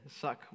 suck